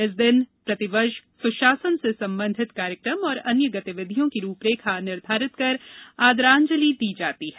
इस दिन प्रतिवर्ष सुशासन से संबंधित कार्यक्रम और अन्य गतिविधियों की रूपरेखा निर्धारित कर आदरांजलि दी जाएगी